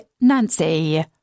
Nancy